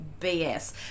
BS